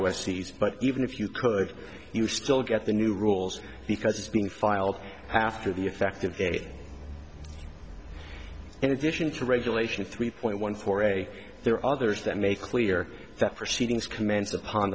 these but even if you could you still get the new rules because it's being filed after the effective date in addition to regulation three point one four a there are others that make clear that proceedings commenced upon